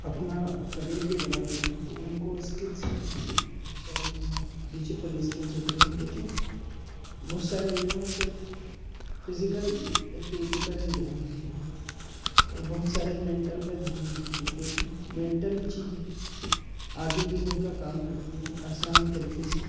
अपना करियर भी बनाते हैं तो उनको इस्किल सीखनी होती है बहुत सारे युवा डिजिटल इस्किल सीख रहे हैं लेकिन बहुत सारे युवा सिर्फ़ फ़िज़िकल एक्टिविटी पर ही ध्यान देते हैं और बहुत सारे मेंटल पे ध्यान देते हैं क्योंकि मेंटली चीज़ आगे भी उनका काम करती है आसान तरीक़े से